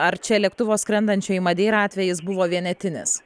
ar čia lėktuvo skrendančio į madeirą atvejis buvo vienetinis